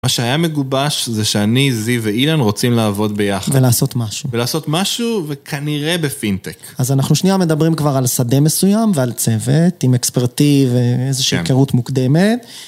מה שהיה מגובש זה שאני, זי ואילן רוצים לעבוד ביחד. ולעשות משהו. ולעשות משהו וכנראה בפינטק. אז אנחנו שנייה מדברים כבר על שדה מסוים ועל צוות, עם expertise ואיזושהי הכרות מוקדמת.